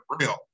real